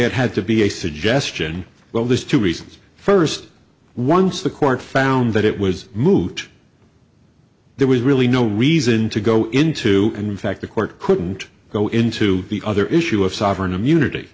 it had to be a suggestion well there's two reasons first once the court found that it was moot there was really no reason to go into and in fact the court couldn't go into any other issue of sovereign immunity